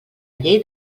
llei